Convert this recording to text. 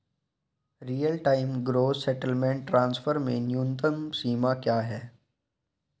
Real time gross settlement transfer में न्यूनतम सीमा क्या है?